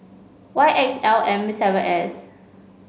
Y X L M seven S